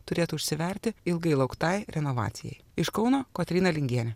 turėtų užsiverti ilgai lauktai renovacijai iš kauno kotryna lingienė